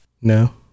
No